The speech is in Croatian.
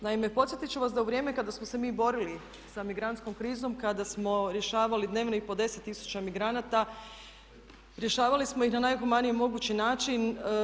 Naime, podsjetiti ću vas da u vrijeme kada smo se mi borili sa migrantskom krizom, kada smo rješavali dnevno i po 10 tisuća migranata rješavali smo ih na najhumaniji mogući način.